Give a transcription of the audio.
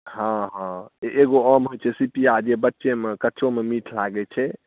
हँ हँ एगो आम होयत छै सीपिया जे बच्चेमे कच्चोमे मीठ लागैत छै